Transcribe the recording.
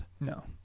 no